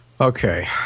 Okay